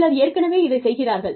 சிலர் ஏற்கனவே இதைச் செய்கிறார்கள்